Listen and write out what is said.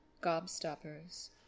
gobstoppers